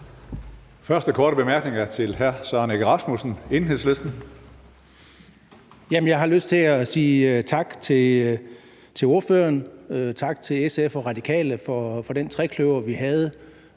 Første korte bemærkning er til hr. Søren Egge Rasmussen, Enhedslisten. Kl. 16:08 Søren Egge Rasmussen (EL): Jeg har lyst til at sige tak til ordføreren, tak til SF og Radikale for den trekløver, vi havde